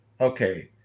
Okay